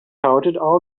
all